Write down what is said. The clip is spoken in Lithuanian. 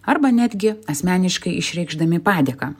arba netgi asmeniškai išreikšdami padėką